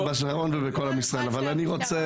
ובכל עם ישראל.